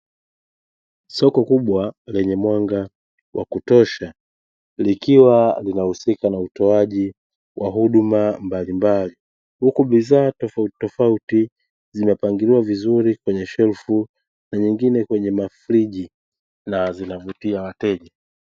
Soko kubwa lenye mwanga wa kutosha likiwa linahusika na utoaji wa huduma mbalimbali, huku bidhaa tofauti tofauti zimepangiliwa vizuri kwenye shelfu na zingine kwenye mafriji na zinavutia wateja.